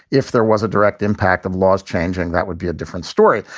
if there was a direct impact of laws changing, that would be a different story.